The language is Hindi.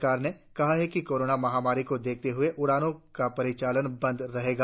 सरकार ने कहा है कि कोरोना महामारी को देखते हुए उड़ानों का परिचालन बंद रहेगा